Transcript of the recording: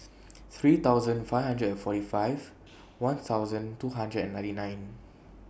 three thousand five hundred and forty five one thousand two hundred and ninety nine